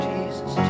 Jesus